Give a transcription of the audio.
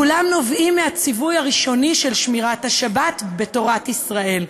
כולם נובעים מהציווי הראשוני של שמירת השבת בתורת ישראל.